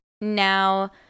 now